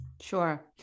Sure